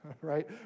right